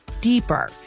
deeper